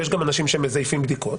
ויש גם אנשים שמזייפים בדיקות,